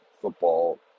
football